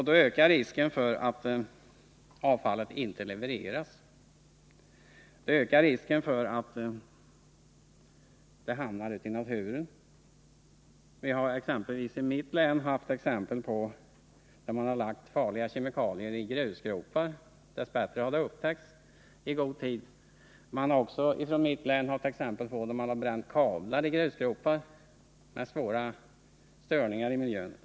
Då ökar risken för att avfallet inte levereras utan hamnar ute i naturen. Vi har i mitt län exempel på att man har lagt farliga kemikalier i grusgropar. Dess bättre har detta upptäckts i god tid. Det finns också i mitt län exempel på att man har bränt kablar i grusgropar, vilket förorsakat störningar i miljön.